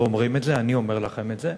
לא אומרים את זה, אני אומר לכם את זה.